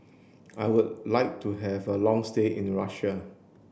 I would like to have a long stay in Russia